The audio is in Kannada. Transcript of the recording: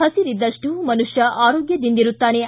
ಹಬಿರಿದ್ದಪ್ಟು ಮನುಷ್ಕ ಆರೋಗ್ಯದಿಂದಿರುತ್ತಾನೆ